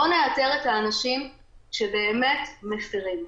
לא נאתר את האנשים שבאמת מפרים.